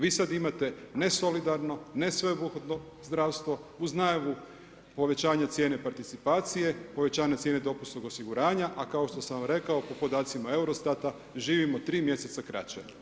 Vi sad imate ne solidarno, ne sveobuhvatno zdravstvo uz najavu povećanja cijene participacije, povećanja cijene dopunskog osiguranja a kao što sam rekao, po podacima EUROSTAT-a, živimo 3 mj. kraće.